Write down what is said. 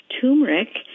turmeric